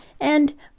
and